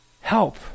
Help